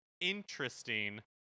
interesting